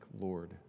Lord